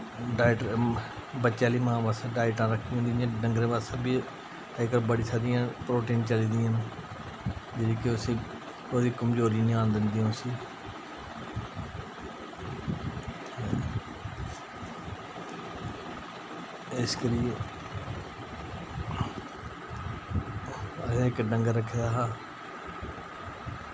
diet बच्चे आह्ली मां बास्तै डाईटां रक्खी दियां होंदियां इ'यां डंगरें बास्तै बी अज्ज कल बड़ी सारी प्रोटिनां चली दियां न जेह्ड़ी कि उसी ओह्दी कमज़ोरी निं आन दिंदियां उसी इस करियै असें इक डंगर रक्खे दा हा